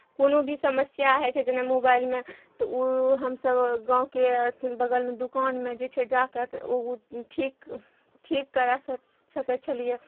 कोनो भी समस्या होइ छै जेना मोबाइलमे तऽ ओ हमसब गाँवके अथी बगलमे दुकानमे जे छै जाके तऽ ओ ठीक ठीक करा सकै छलियै